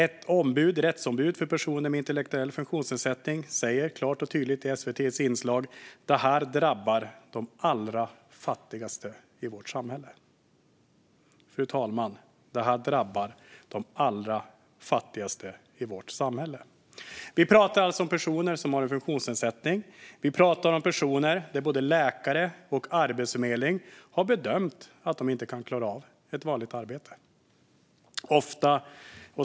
Ett rättsombud för personer med intellektuell funktionsnedsättning säger klart och tydligt i SVT:s inslag: "Det här drabbar de allra fattigaste i vårt samhälle." Fru talman! Vi pratar alltså om personer med funktionsnedsättning. Både läkare och Arbetsförmedlingen har bedömt att de inte kan klara av ett vanligt arbete.